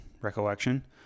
recollection